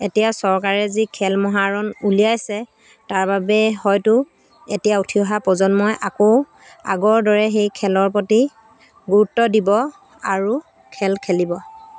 এতিয়া চৰকাৰে যি খেল মহাৰণ উলিয়াইছে তাৰবাবে হয়তো এতিয়া উঠি অহা প্ৰজন্মই আকৌ আগৰ দৰে সেই খেলৰ প্ৰতি গুৰুত্ব দিব আৰু খেল খেলিব